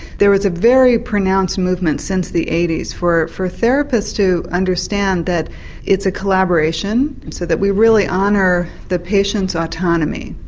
there is a very pronounced movement since the eighty s for for therapists to understand that it's a collaboration, so that we really honour the patient's autonomy.